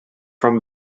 from